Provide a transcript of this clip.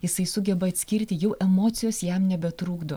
jisai sugeba atskirti jau emocijos jam nebetrukdo